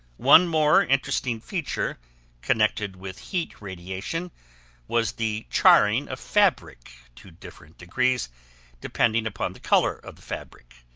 one more interesting feature connected with heat radiation was the charring of fabric to different degrees depending upon the color of the fabric.